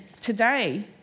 today